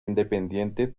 independiente